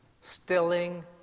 stilling